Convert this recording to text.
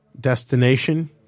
destination